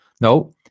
no